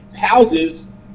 houses